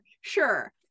sure